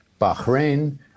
Bahrain